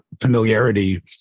familiarity